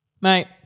Mate